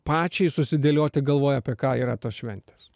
pačiai susidėlioti galvoje apie ką yra tos šventės